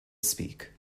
speak